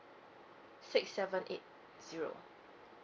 six seven eight zero